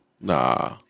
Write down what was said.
Nah